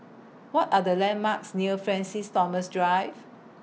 What Are The landmarks near Francis Thomas Drive